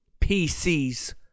PCs